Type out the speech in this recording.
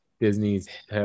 Disney's